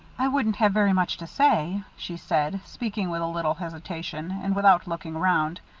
i wouldn't have very much to say, she said, speaking with a little hesitation, and without looking around.